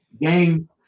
Game